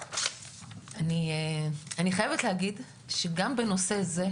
אני חייבת להגיד שגם בנושא זה,